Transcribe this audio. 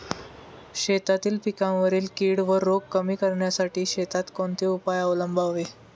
शेतातील पिकांवरील कीड व रोग कमी करण्यासाठी शेतात कोणते उपाय अवलंबावे?